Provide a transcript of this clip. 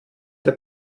der